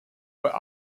were